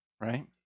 Right